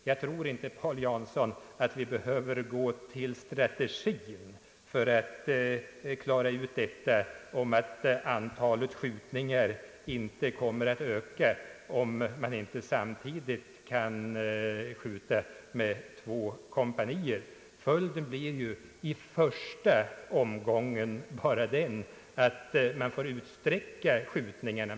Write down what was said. Jag tror inte, herr Paul Jansson, att vi behöver gå till strategin för att klara ut huruvida antalet skjutningar påverkas, om man inte samtidigt kan skjuta med två kompanier. Följden blir ju i första omgången bara den att man får utsträcka skjutningarna.